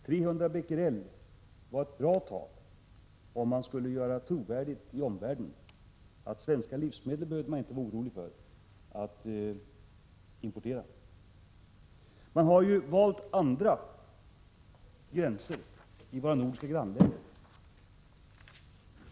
300 becquerel var ett bra tal, om man skulle göra trovärdigt i omvärlden att ingen behövde vara orolig för att importera svenska livsmedel. I våra nordiska grannländer har man valt andra gränser.